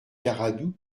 garadoux